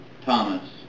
Thomas